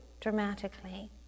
dramatically